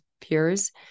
peers